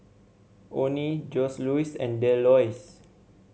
Onnie Joseluis and Delois